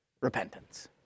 repentance